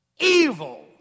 evil